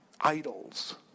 idols